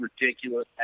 ridiculous